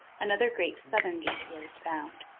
another great southern detour is found.